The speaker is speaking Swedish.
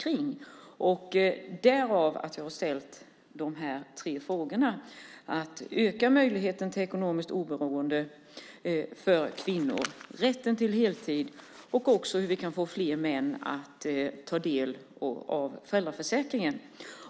Det är därför jag har ställt de tre frågorna om att öka möjligheterna till ekonomiskt oberoende för kvinnor, rätten till heltid och hur vi kan få fler män att ta del av föräldraförsäkringen.